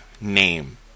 name